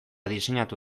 diseinatu